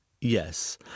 Yes